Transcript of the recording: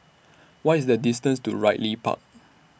What IS The distance to Ridley Park